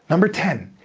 number ten,